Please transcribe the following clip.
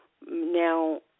Now